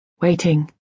waiting